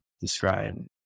describe